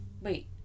wait